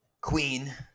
Queen